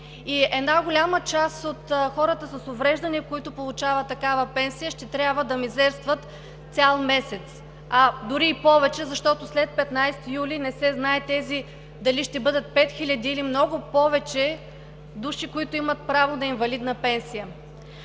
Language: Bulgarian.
и голяма част от хората с увреждания, които получават такава пенсия, ще трябва да мизерстват цял месец, а дори и повече, защото след 15 юли не се знае дали тези ще бъдат 5000 души или много повече, които имат право на инвалидна пенсия.